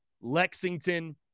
Lexington